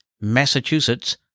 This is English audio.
Massachusetts